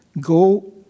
Go